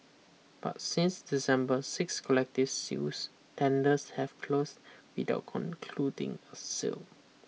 but since December six collective sales tenders have closed without concluding a sale